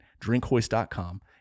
drinkhoist.com